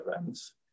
events